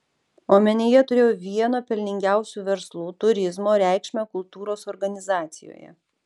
omenyje turiu vieno pelningiausių verslų turizmo reikšmę kultūros organizacijoje